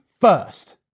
first